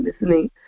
listening